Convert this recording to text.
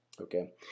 okay